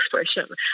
expression